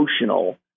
emotional